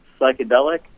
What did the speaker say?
psychedelic